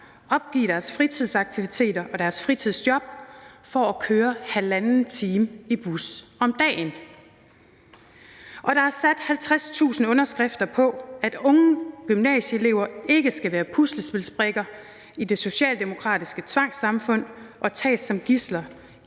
opgive deres fritidsaktiviteter og deres fritidsjob for at køre halvanden time i bus om dagen. Der er sat 50.000 underskrifter på, at unge gymnasieelever ikke skal være puslespilsbrikker i det socialdemokratiske tvangssamfund og tages som gidsler